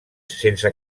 sense